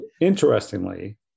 interestingly